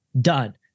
done